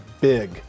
big